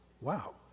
Wow